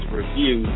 review